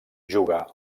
jugar